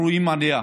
אנחנו רואים עלייה,